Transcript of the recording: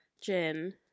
gin